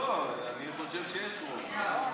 אני חושב שיש רוב, בבקשה,